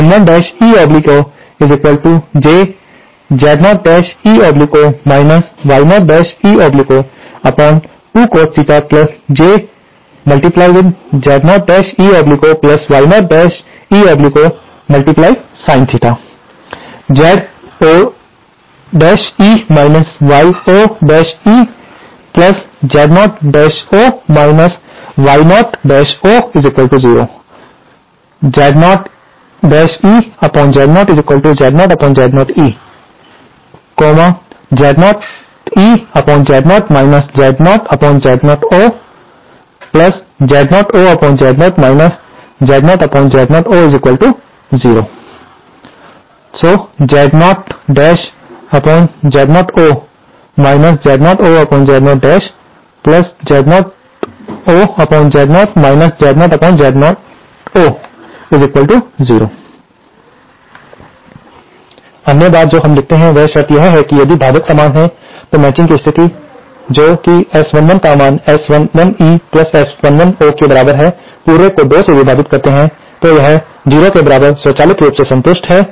S11eojZ0eo Y0e02cos jZ0eoY0eosin Z0e Y0eZ0o Y0o0 Z0eZ0Z0Z0eZ0eZ0 Z0Z0oZ00Z0 Z0Z0o0 Z0Z0o Z00Z0Z00Z0 Z0Z0o0 अन्य बात जो हम लिखते हैं वह शर्त यह है कि यदि भाजक समान हैं तो मैचिंग की स्थितियां जो कि S11 का मान S11 E S11 O के बराबर हैं पूरे को 2 से विभाजित करते हैं तो यह 0 के बराबर स्वचालित रूप से संतुष्ट हैं